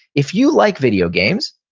if you like video games,